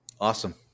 Awesome